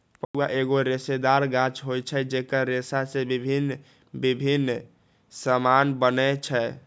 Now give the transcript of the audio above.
पटुआ एगो रेशेदार गाछ होइ छइ जेकर रेशा से भिन्न भिन्न समान बनै छै